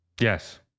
Yes